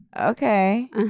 Okay